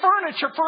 furniture